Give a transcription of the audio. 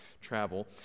travel